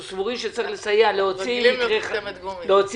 אנחנו סבורים שצריך לסייע להוציא מקרה חריג